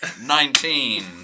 Nineteen